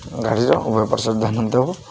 ଗାଡ଼ିର ଉଭୟ ପାର୍ଶ୍ଵକୁ ଧ୍ୟାନ ଦେବ